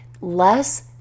Less